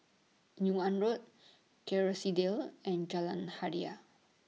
Yung An Road Kerrisdale and Jalan Hajijah